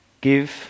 Give